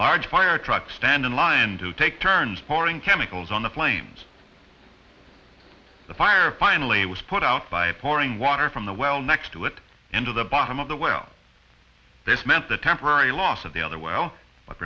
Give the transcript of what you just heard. large fire trucks stand in line to take turns pouring chemicals on the flames the fire finally was put out by pouring water from the well next to it into the bottom of the well this meant the temporary loss of the other well what